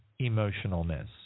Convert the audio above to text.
emotionalness